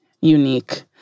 unique